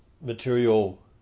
material